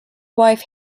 wife